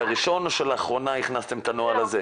הראשון או שלאחרונה הכנסתם את הנוהל הזה?